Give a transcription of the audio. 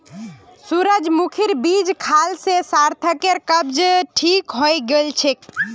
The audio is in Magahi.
सूरजमुखीर बीज खाल से सार्थकेर कब्ज ठीक हइ गेल छेक